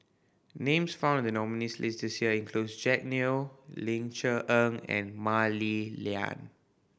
names found in nominees' list this year include Jack Neo Ling Cher Eng and Mah Li Lian